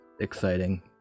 exciting